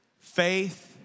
Faith